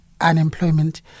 unemployment